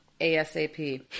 ASAP